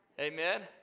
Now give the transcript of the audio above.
Amen